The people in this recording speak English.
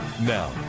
Now